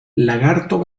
lagarto